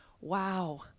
Wow